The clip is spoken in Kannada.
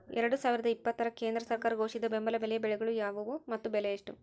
ಎರಡು ಸಾವಿರದ ಇಪ್ಪತ್ತರ ಕೇಂದ್ರ ಸರ್ಕಾರ ಘೋಷಿಸಿದ ಬೆಂಬಲ ಬೆಲೆಯ ಬೆಳೆಗಳು ಯಾವುವು ಮತ್ತು ಬೆಲೆ ಎಷ್ಟು?